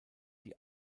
die